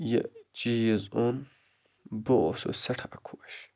یہِ چیٖز اوٚن بہٕ اوسس سٮ۪ٹھاہ خۄش